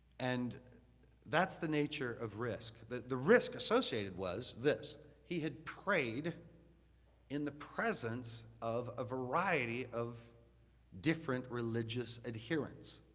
and that's the nature of risk. the the risk associated was this, he had prayed in the presence of a variety of different religious adherents.